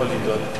בסדר.